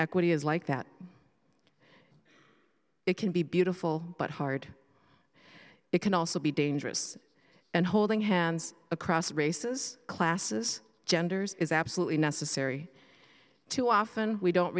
equity is like that it can be beautiful but hard it can also be dangerous and holding hands across races classes genders is absolutely necessary too often we don't